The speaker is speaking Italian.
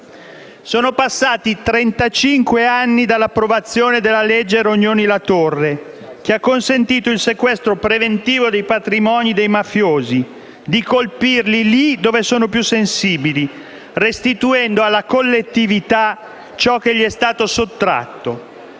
Sono passati trentacinque anni dall'approvazione della legge Rognoni-La Torre, che ha consentito il sequestro preventivo dei patrimoni dei mafiosi, di colpirli lì dove sono più sensibili, restituendo alla collettività ciò che è stato loro sottratto.